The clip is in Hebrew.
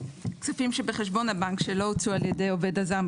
כספים שבחשבון הבנק שלא הוצאו על ידי העובד הזר,